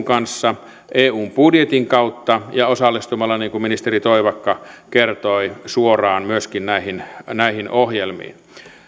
kanssa eun budjetin kautta ja osallistumalla niin kuin ministeri toivakka kertoi myöskin suoraan näihin ohjelmiin